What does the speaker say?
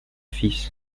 fils